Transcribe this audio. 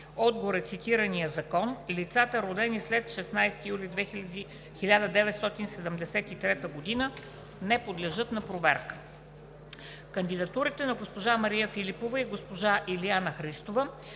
от горецитирания закон лицата, родени след 16 юли 1973 г., не подлежат на проверка. Кандидатурите на госпожа Мария Филипова и госпожа Илиана Христова